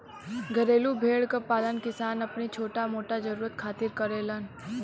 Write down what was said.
घरेलू भेड़ क पालन किसान अपनी छोटा मोटा जरुरत खातिर करेलन